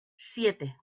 siete